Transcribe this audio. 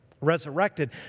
resurrected